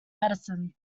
medicine